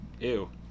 Ew